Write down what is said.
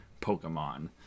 Pokemon